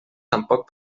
tampoc